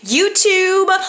YouTube